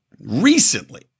recently